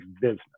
business